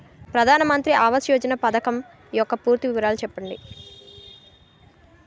ప్రధాన మంత్రి ఆవాస్ యోజన పథకం యెక్క పూర్తి వివరాలు చెప్పండి?